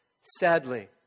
Sadly